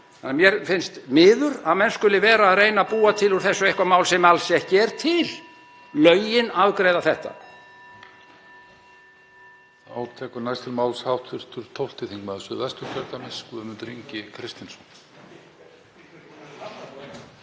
Mér finnst miður að menn skuli vera að reyna að búa til úr þessu eitthvert mál sem alls ekki er til. Lögin afgreiða þetta.